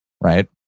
right